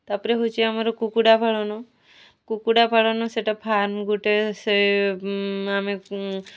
ତା'ପରେ ହେଉଛି ଆମର କୁକୁଡ଼ାପାଳନ କୁକୁଡ଼ାପାଳନ ସେଇଟା ଫାର୍ମ୍ ଗୋଟେ ସେ ଆମେ